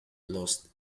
lost